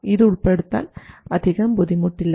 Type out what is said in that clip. ഇത് ഉൾപ്പെടുത്താൻ അധികം ബുദ്ധിമുട്ടില്ല